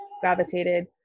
gravitated